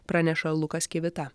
praneša lukas kivita